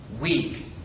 weak